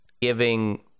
giving